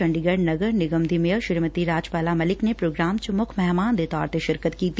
ਚੰਡੀਗੜ੍ ਨਗਰ ਨਿਗਮ ਦੀ ਮੇਅਰ ਸ੍ਰੀਮਤੀ ਰਾਜ ਬਾਲਾ ਮਲਿਕ ਨੇ ਪ੍ਰੋਗਰਾਮ ਚ ਮੁੱਖ ਮਹਿਮਾਨ ਦੇ ਤੌਰ ਤੇ ਸ਼ਿਰਕਤ ਕੀਤੀ